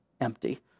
empty